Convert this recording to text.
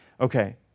Okay